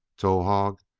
towahg,